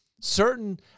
certain